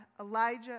Elijah